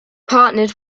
partnered